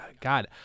God